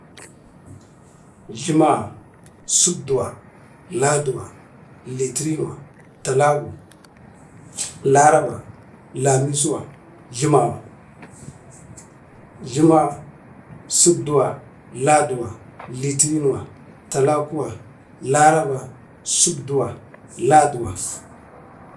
Jluma Subduwa Laduwa Litirinuwa Talagwe Laraba Lamisuwa Jlumawa Jlumawa Subduwa Laduwa Litirinuwa Talakuwa Laraba Lamisuwa Jhurua Subduwa Laduwa